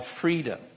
freedom